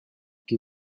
qui